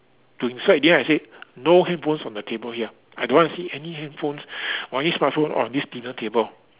doing so at the end I said no handphones on the table here I don't want to see any handphones or any smartphone on this dinner table